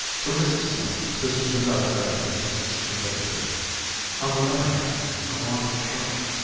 for mrs. smith this was another evidence of her stupidity on the other hand, her want of charm,